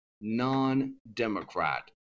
non-Democrat